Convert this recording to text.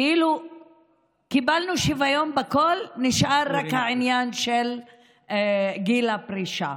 כאילו קיבלנו שוויון בכול ונשאר רק העניין של גיל הפרישה.